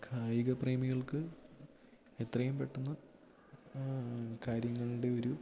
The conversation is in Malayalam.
കായിക പ്രേമികൾക്ക് എത്രയും പെട്ടന്ന് കാര്യങ്ങളുടെ ഒരു